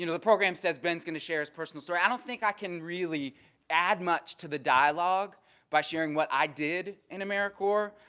you know the program says ben is going to share his personal story. i don't think i can really add much to the dialogue by sharing what i did in americorps.